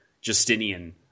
Justinian